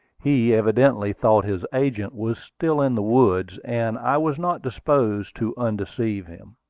he evidently thought his agent was still in the woods, and i was not disposed to undeceive him.